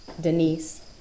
Denise